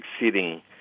exceeding